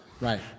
Right